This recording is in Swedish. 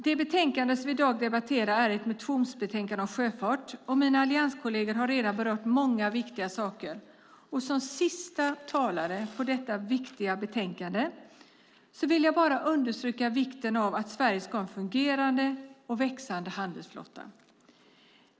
Det betänkande som vi i dag debatterar är ett motionsbetänkande om sjöfart, och mina allianskolleger har redan berört många viktiga saker. Som sista talare i detta viktiga ärende vill jag bara understryka vikten av att Sverige ska ha en fungerande och växande handelsflotta.